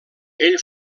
ell